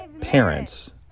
parents